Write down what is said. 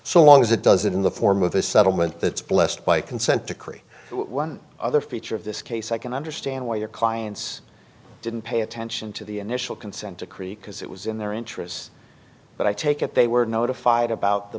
so long as it doesn't in the form of a settlement that's blessed by consent decree one other feature of this case i can understand why your clients didn't pay attention to the initial consent to create because it was in their interests but i take it they were notified about the